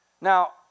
Now